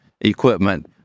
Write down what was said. equipment